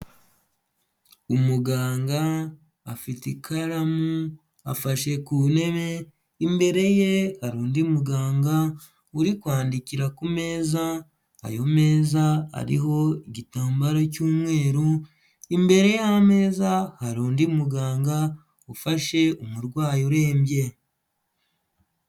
Umuganga afite ikaramu, afashe ku ntebe, imbere ye hari undi muganga uri kwandikira ku meza, ayo meza ariho igitambaro cy'umweru, imbere y'ameza hari undi muganga ufashe umurwayi urembye.